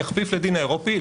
יכפיף לדין האירופי,